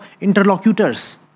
interlocutors